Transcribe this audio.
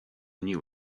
knew